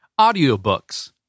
audiobooks